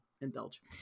indulge